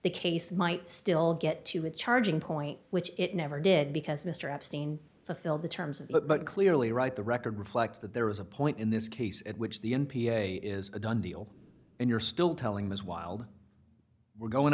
the case might still get to a charging point which it never did because mr epstein fulfilled the terms of but clearly right the record reflects that there was a point in this case at which the n p a is a done deal and you're still telling ms wild we're going